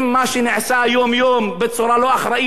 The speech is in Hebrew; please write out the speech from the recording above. בצורה לא אחראית אנחנו רומסים את החוק,